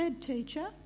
teacher